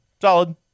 Solid